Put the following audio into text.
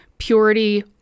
Purity